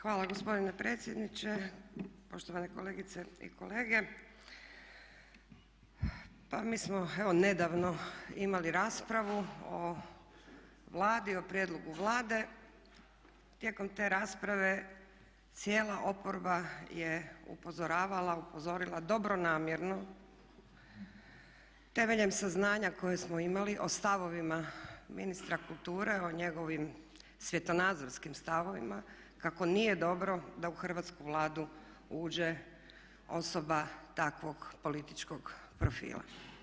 Hvala gospodine predsjedniče, poštovane kolegice i kolege pa mi smo evo nedavno imali raspravu o Vladi, o prijedlogu Vlade, tijekom te rasprave cijela oporba je upozoravala, upozorila dobronamjerno temeljem saznanja koje smo imali o stavovima ministra kulture, o njegovim svjetonazorskim stavovima kako nije dobro da u Hrvatsku vladu uđe osoba takvog političkog profila.